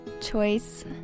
Choice